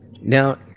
Now